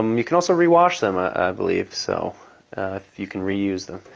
um you can also rewash them ah i believe, so you can reuse them.